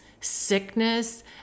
sickness